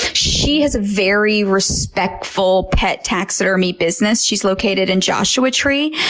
she has a very respectful pet taxidermy business she's located in joshua tree.